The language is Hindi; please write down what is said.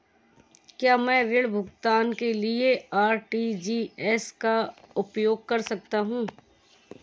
क्या मैं ऋण भुगतान के लिए आर.टी.जी.एस का उपयोग कर सकता हूँ?